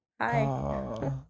Hi